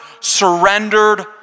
surrendered